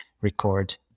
record